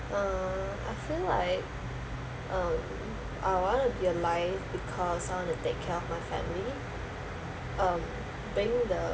uh I feel like um I want to be alive because I want to take care of my family um being the